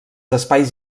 espais